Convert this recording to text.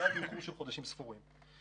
באיחור של חודשים ספורים בלבד.